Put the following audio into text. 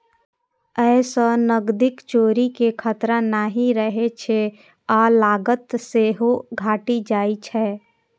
अय सं नकदीक चोरी के खतरा नहि रहै छै आ लागत सेहो घटि जाइ छै